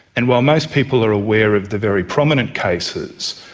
and while most people are aware of the very prominent cases,